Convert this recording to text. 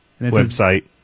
website